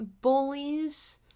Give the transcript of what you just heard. bullies